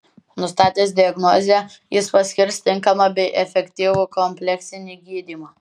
nustatęs diagnozę jis paskirs tinkamą bei efektyvų kompleksinį gydymą